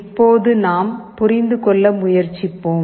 இப்போது நாம் புரிந்து கொள்ள முயற்சிப்போம்